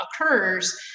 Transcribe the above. occurs